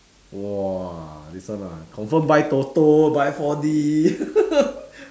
!wah! this one ah confirm buy toto buy four D